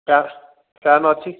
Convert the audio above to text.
fan ଅଛି